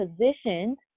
positioned